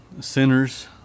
sinners